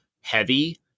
heavy